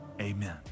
amen